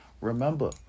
Remember